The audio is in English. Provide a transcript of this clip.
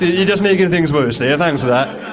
you're just making things worse there, thanks for that.